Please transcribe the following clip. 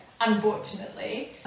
Unfortunately